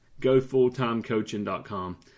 GoFullTimeCoaching.com